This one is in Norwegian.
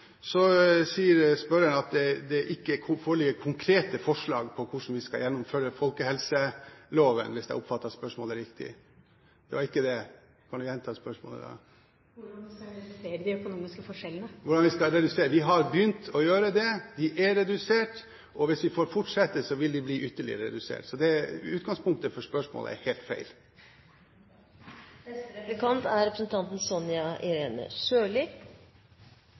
Så sier spørreren at det ikke foreligger konkrete forslag til hvordan vi skal gjennomføre folkehelseloven, hvis jeg oppfattet spørsmålet riktig. – Det var ikke det. Kan du gjenta spørsmålet, da? Hvordan skal dere redusere de økonomiske forskjellene? Vi har begynt å gjøre det. De er redusert, og hvis vi får fortsette, vil de bli ytterligere redusert. Så utgangspunktet for spørsmålet er helt feil. Representanten